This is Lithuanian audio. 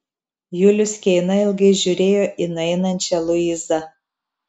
julius keina ilgai žiūrėjo į nueinančią luizą